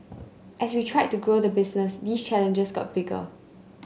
as we tried to grow the business these challenges got bigger